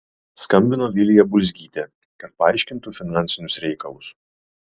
skambino vilija bulzgytė kad paaiškintų finansinius reikalus